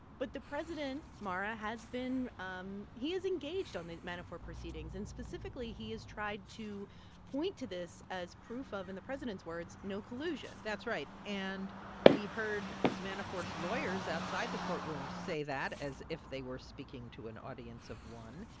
but the president, mara, has been um he has engaged on the manafort proceedings. and specifically, he has tried to point to this as proof of, in the president's words, no collusion that's right. and we heard manafort's lawyers outside the courtroom say that as if they were speaking to an audience of one.